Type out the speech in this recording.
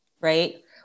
Right